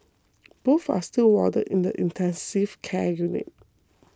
both are still warded in the intensive care unit